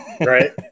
Right